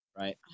right